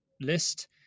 list